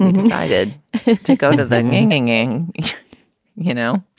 and decided to go into thinking, you know,